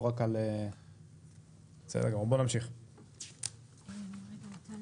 יש לי